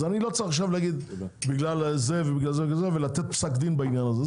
אז אני לא צריך להגיד בגלל זה ובגלל זה ולתת פסק דין בעניין הזה.